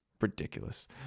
ridiculous